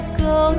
go